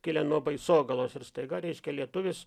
kilę nuo baisogalos ir staiga reiškia lietuvis